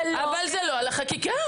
אבל זה לא על החקיקה.